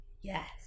yes